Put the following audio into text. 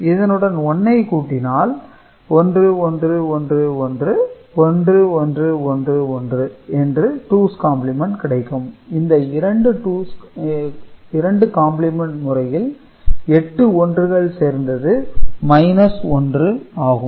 இதனுடன் 1 ஐ கூட்டினால் 1111 1111 என்று டூஸ் காம்ப்ளிமென்ட் கிடைக்கும் இந்த இரண்டு காம்ப்ளிமென்ட் முறையில் 8 ஒன்றுகள் சேர்ந்தது 1 ஆகும்